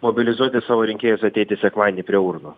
mobilizuoti savo rinkėjus ateiti sekmadienį prie urnų